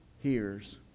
hears